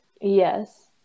Yes